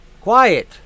quiet